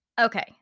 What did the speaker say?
Okay